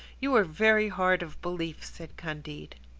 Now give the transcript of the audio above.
you are very hard of belief, said candide.